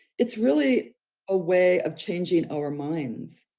it's really a way of changing our minds.